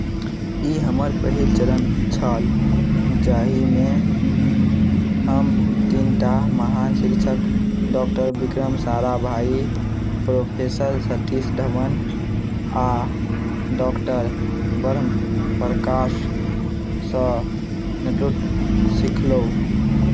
ई हमर पहिल चरण छल जाहिमे हम तीन टा महान शिक्षक डॉक्टर विक्रम साराभाइ प्रोफेसर सतीश धवन आ डॉक्टर ब्रह्म प्रकाशसँ नेतृत्व सिखलहुँ